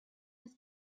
his